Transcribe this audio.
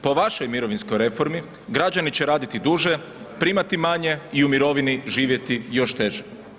Po vašoj mirovinskoj reformi građani će raditi duže, primati manje i u mirovini živjeti još teže.